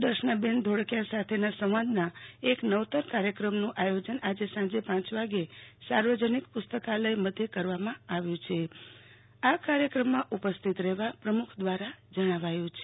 દર્શનાબેન ધોળકિયા સાથેના સંવાદના એક નવતર કાર્યક્રમનું આયોજન આજે સાંજે પાંચ વાગ્યે સાર્વજનિક પુસ્તકાલય મધ્યે કરવામાં આવ્યું છે આ કાર્યક્રમમાં ઉપસ્થિત રહેવા પ્રમુખ દ્વારા જણાવાયું છે